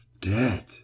DEAD